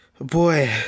Boy